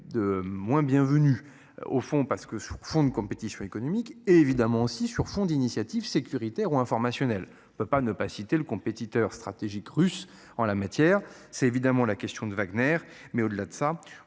de moins. Bienvenue au fond parce que sur fond de compétition économique et évidemment aussi sur fond d'initiatives sécuritaires ou informationnelle. On ne peut pas ne pas citer le compétiteur stratégiques russes en la matière, c'est évidemment la question de Wagner. Mais au-delà de ça,